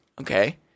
Okay